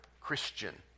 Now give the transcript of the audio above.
Christian